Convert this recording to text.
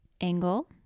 Angle